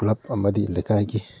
club ꯑꯃꯗꯤ ꯂꯩꯀꯥꯏꯒꯤ